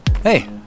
Hey